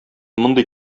мондый